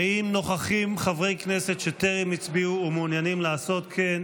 האם נוכחים חברי כנסת שטרם הצביעו ומעוניינים לעשות כן?